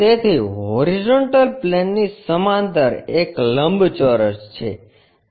તેથી હોરીઝોન્ટલ પ્લેનની સમાંતર એક લંબચોરસ છે